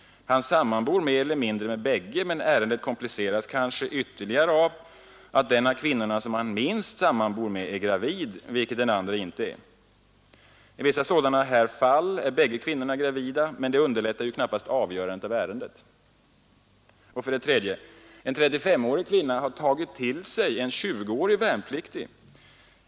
Han sammanbor mer eller mindre med bägge, men ärendet kompliceras kanske ytterligare genom att den av kvinnorna som han ”minst” sammanbor med är gravid, vilket den andra icke är. I v sådana här fall är bägge kvinnorna gravida, men det underlättar ju knappast avgörandet av ärendet. 3) En 3S5-årig kvinna har ”tagit till sig” en 20-årig värnpliktig.